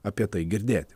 apie tai girdėti